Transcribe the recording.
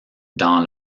dans